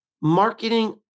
marketing